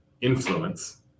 influence